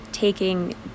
taking